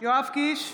יואב קיש,